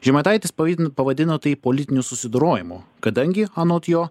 žemaitaitis pavi pavadino tai politiniu susidorojimu kadangi anot jo